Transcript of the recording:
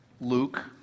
Luke